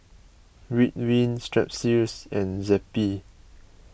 Ridwind Strepsils and Zappy